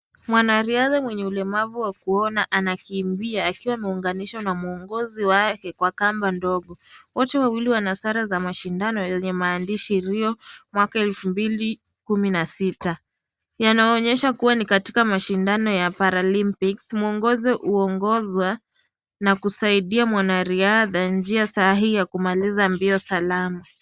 Mwanariadha mwenye ulemavu wa kuona ankimbia, akiwa ameunganishwa na mwongozi wake kwa kamba ndogo, wote wawili wana sare za mashindano zenye maandishi, RIO, mwaka elfu mvili kumi na sita, yanaonyesha kuwa ni katika mashindano ya(cs)paralimpics(cs), mwongozo huongozwa na kusaidia mwana riadha njia sahihi ya kumaliza mbio salama.